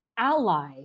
Ally